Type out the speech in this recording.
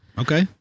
Okay